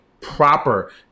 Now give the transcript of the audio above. proper